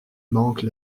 manquent